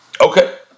Okay